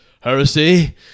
heresy